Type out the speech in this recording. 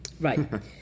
Right